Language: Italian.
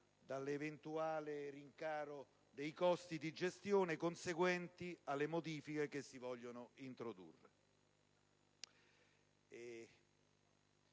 dall'eventuale rincaro dei costi di gestione conseguenti alle modifiche che si vogliono introdurre.